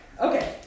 Okay